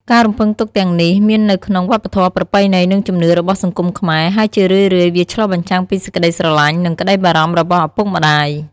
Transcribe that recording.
ការរំពឹងទុកទាំងនេះមាននៅក្នុង វប្បធម៌ ប្រពៃណី និងជំនឿ របស់សង្គមខ្មែរ ហើយជារឿយៗវាឆ្លុះបញ្ចាំងពីសេចក្ដីស្រឡាញ់ និងក្ដីបារម្ភរបស់ឪពុកម្ដាយ។